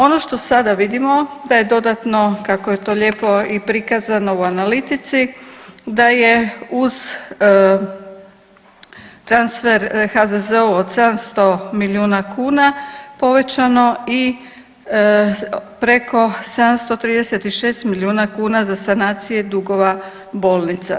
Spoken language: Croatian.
Ono što sada vidimo da je dodatno kako je to lijepo i prikazano u analitici da je uz transfer HZZO-u od 700 milijuna kuna povećano i preko 736 milijuna kuna za sanacije dugova bolnica.